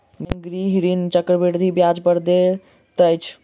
bank गृह ऋण चक्रवृद्धि ब्याज दर पर दैत अछि